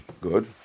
Good